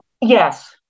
Yes